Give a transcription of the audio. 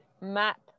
map